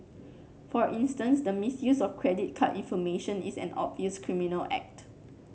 for instance the misuse of credit card information is an obvious criminal act